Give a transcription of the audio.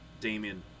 Damien